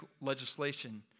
legislation